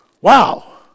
Wow